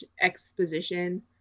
exposition